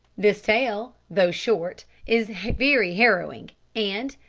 this tale, though short, is very harrowing, and,